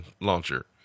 launcher